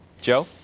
joe